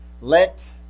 let